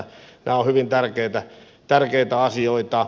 nämä ovat hyvin tärkeitä asioita